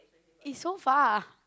it's so far